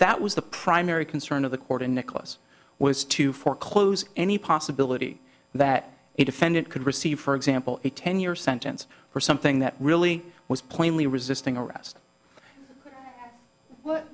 that was the primary concern of the court and nicholas was to foreclose any possibility that a defendant could receive for example a ten year sentence for something that really was plainly resisting arrest well